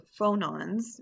phonons